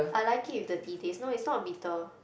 I like it with the tea taste no it's not bitter